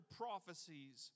prophecies